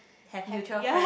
have mutual friend